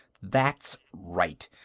that's right.